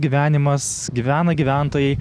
gyvenimas gyvena gyventojai